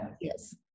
yes